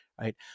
right